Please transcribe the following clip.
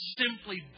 simply